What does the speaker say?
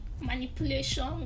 manipulation